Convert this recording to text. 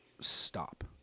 stop